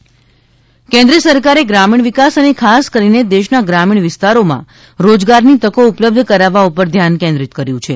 ગ્રા મીણ વિકાસ કેન્દ્ર સરકારે ગ્રામીણ વિકાસ અને ખાસ કરીને દેશના ગ્રામીણ વિસ્તારોમાં રોજગારની તકો ઉપલબ્ધ કરાવવા ઉપર ધ્યાન કેન્દ્રિત કર્યું છે